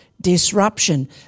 disruption